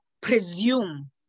presume